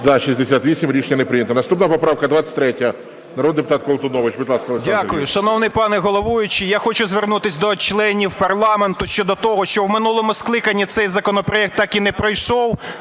За-68 Рішення не прийнято. Наступна поправка – 23-я, народний депутат Колтунович. Будь ласка, Олександр Сергійович.